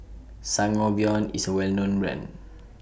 Sangobion IS A Well known Brand